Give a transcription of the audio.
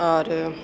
और